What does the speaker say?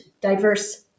diverse